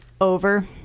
Over